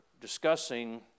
discussing